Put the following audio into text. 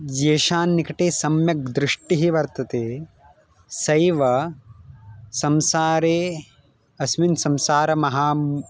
येषान्निकटे सम्यक् दृष्टिः वर्तते सैव संसारे अस्मिन् संसारमहान्